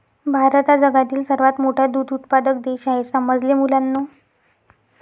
भारत हा जगातील सर्वात मोठा दूध उत्पादक देश आहे समजले मुलांनो